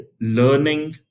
learning